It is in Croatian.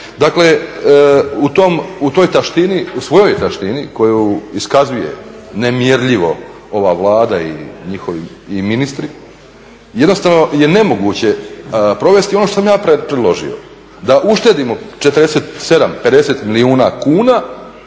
taštini, u svojoj taštini koju iskazuje nemjerljivo ova Vlada i njihovi i ministri jednostavno je nemoguće provesti ono što sam ja predložio. Da uštedimo 47, 50 milijuna kuna,